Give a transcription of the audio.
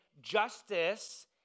justice